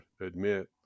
admit